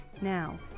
now